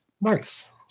Nice